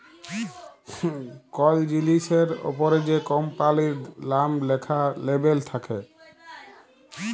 call জিলিসের অপরে যে কম্পালির লাম ল্যাখা লেবেল থাক্যে